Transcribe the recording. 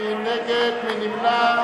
מי נגד?